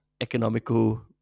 economical